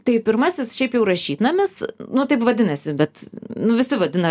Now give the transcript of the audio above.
tai pirmasis šiaip jau rašytnamis nu taip vadinasi bet nu visi vadina